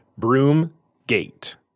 Broomgate